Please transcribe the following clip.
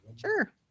Sure